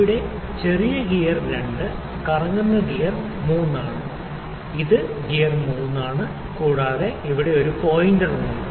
ഈ ചെറിയ ഗിയർ 2 കറങ്ങുന്ന ഗിയർ 3 ആണ് ഇത് എന്റെ ഗിയർ 3 ആണ് കൂടാതെ എനിക്ക് ഇവിടെ പോയിന്റർ ഉണ്ട്